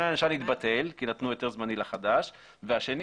הישן התבטל כי נתנו היתר זמני לחדש ולגבי השני,